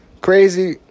crazy